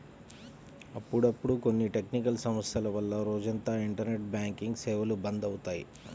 అప్పుడప్పుడు కొన్ని టెక్నికల్ సమస్యల వల్ల రోజంతా ఇంటర్నెట్ బ్యాంకింగ్ సేవలు బంద్ అవుతాయి